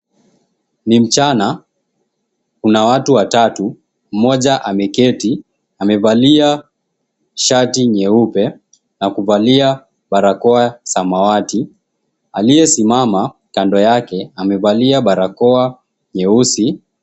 Ni mchana, kuna watu watatu. Mmoja ameketi, amevalia shati nyeupe na kuvalia barakoa samawati. Aliyesimama kando yake amevalia barakoa nyeusi.